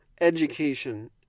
education